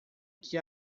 que